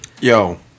Yo